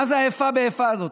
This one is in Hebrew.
מה זה האיפה ואיפה הזאת?